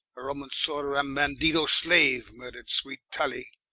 a romane sworder, and bandetto slaue murder'd sweet tully.